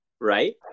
Right